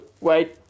wait